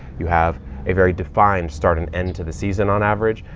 you have a very defined start and end to the season on average.